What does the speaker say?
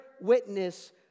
witness